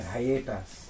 Hiatus